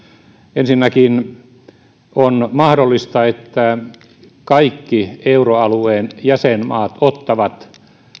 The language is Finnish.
ensinnäkin on mahdollista että kaikki euroalueen jäsenmaat ottavat